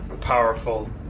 Powerful